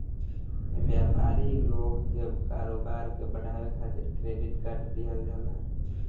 व्यापारी लोग के कारोबार के बढ़ावे खातिर क्रेडिट कार्ड दिहल जाला